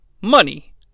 Money